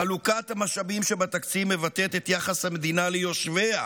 חלוקת המשאבים בתקציב מבטאת את יחס המדינה ליושביה,